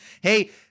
hey